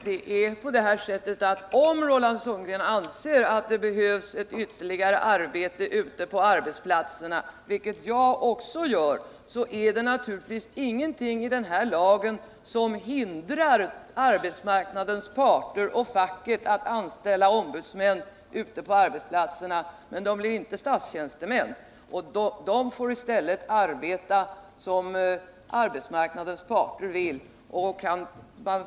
Herr talman! Om Roland Sundgren anser att det behövs ytterligare insatser ute på arbetsplatserna, vilket också jag gör, vill jag peka på att det inte finns något i lagen som hindrar arbetsmarknadens parter och facken att anställa ombudsmän ute på arbetsplatserna. Men dessa blir då inte statstjänstemän utan får arbeta på det sätt som arbetsmarknadens parter önskar.